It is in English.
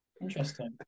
Interesting